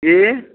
जी